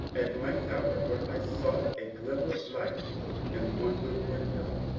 at length, however, i saw a glimmer of light in one little window,